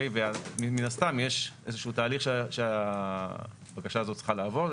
ומן הסתם יש איזשהו תהליך שהבקשה הזאת צריכה לעבור,